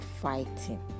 fighting